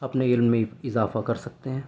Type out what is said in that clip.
اپنے علم میں اضافہ کر سکتے ہیں